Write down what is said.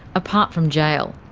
apart from jail.